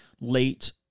late